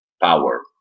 power